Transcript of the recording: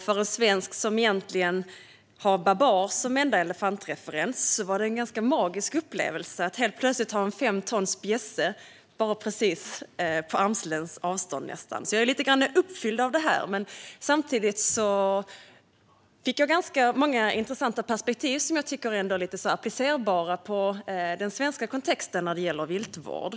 För en svensk som egentligen har Babar som enda elefantreferens var det en ganska magisk upplevelse att helt plötsligt ha en fem tons bjässe på nästan armlängds avstånd. Jag är lite grann uppfylld av detta. Samtidigt fick jag många intressanta perspektiv som jag tycker är applicerbara på den svenska kontexten när det gäller viltvård.